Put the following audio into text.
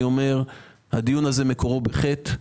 הדיון הזה מקורו בחטא.